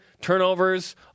turnovers